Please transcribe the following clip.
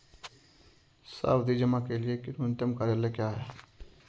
सावधि जमा के लिए न्यूनतम कार्यकाल क्या है?